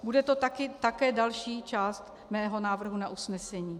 Bude to také další část mého návrhu na usnesení.